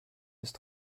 ist